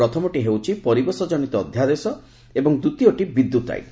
ପ୍ରଥମଟି ହେଉଛି ପରିବେଶଜନିତ ଅଧ୍ୟାଦେଶ ଏବଂ ଦ୍ୱିତୀୟଟି ବିଦ୍ୟୁତ୍ ଆଇନ